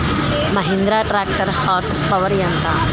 Mahindra tractor horse power ఎంత?